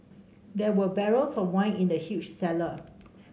there were barrels of wine in the huge cellar